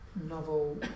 novel